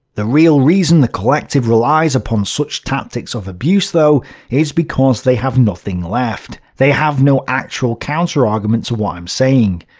the real reason the collective relies upon these tactics of abuse though is because they have nothing left. they have no actual counter-argument to what i'm saying.